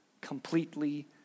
completely